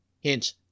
Hint